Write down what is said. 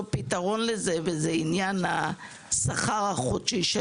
פתרון לעניין השכר החודשי של